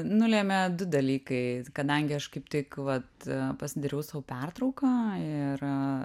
nulėmė du dalykai kadangi aš kaip tik vat pasidariau sau pertrauką ir